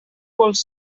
vols